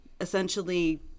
essentially